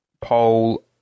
poll